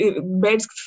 beds